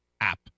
app